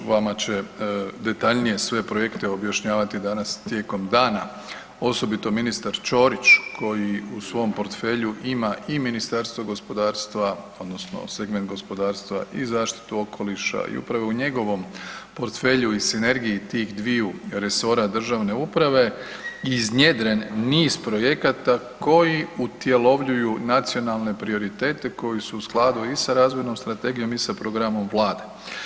Vama će detaljnije sve projekte objašnjavati danas tijekom dana, osobito ministar Ćorić koji u svom portfelju ima i Ministarstvo gospodarstva odnosno segment gospodarstva i zaštitu okoliša i upravo u njegovom portfelju i sinergiji tih dviju resora državne uprave iznjedren niz projekata koji utjelovljuju nacionalne prioritete koji su u skladu i sa razvojnom strategijom i sa programom Vlade.